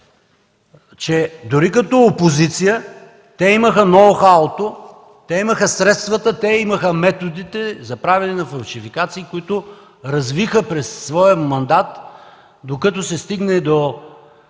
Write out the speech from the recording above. че дори като опозиция те имаха ноу-хауто, те имаха средствата, те имаха методите за правене на фалшификации, които развиха през своя мандат, докато се стигне до